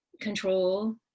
control